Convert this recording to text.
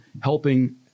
helping